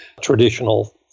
traditional